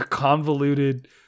convoluted